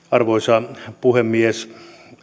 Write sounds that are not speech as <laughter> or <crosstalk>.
<unintelligible> arvoisa puhemies